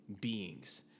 beings